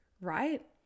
right